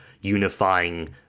unifying